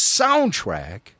soundtrack